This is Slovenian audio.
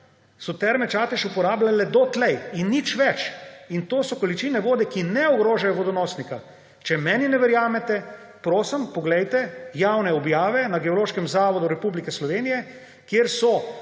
Terme Čatež uporabljale dotlej. In nič več. In to so količine vode, ki ne ogrožajo vodonosnika. Če meni ne verjamete, prosim, poglejte javne objave na Geološkem zavodu Slovenije, kjer so